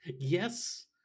yes